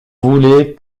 voulez